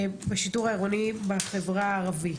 בשיטור העירוני בחברה הערבית.